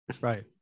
Right